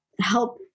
help